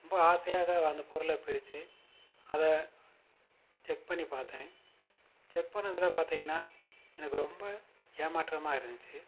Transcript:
ரொம்ப ஆசையாக அந்த பொருளை பிரிச்சு அதை செக் பண்ணி பார்த்தேன் செக் பண்ணதில் பார்த்தீங்கன்னா எனக்கு ரொம்ப ஏமாற்றமாக இருந்துச்சு